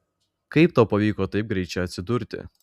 kaip tau pavyko taip greit čia atsidurti